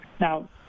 Now